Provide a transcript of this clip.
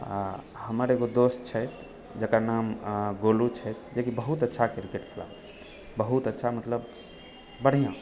हमर एगो दोस्त छथि जकर नाम गोलु छै जेकि बहुत अच्छा क्रिकेट खेलाइ छै बहुत अच्छा मतलब बढ़िआँ